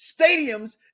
stadiums